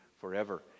forever